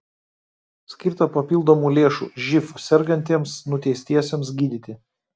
skirta papildomų lėšų živ sergantiems nuteistiesiems gydyti